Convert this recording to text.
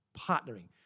Partnering